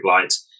lights